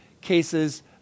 cases